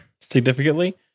significantly